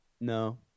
No